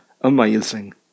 amazing